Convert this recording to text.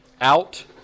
out